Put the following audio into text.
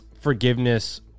forgiveness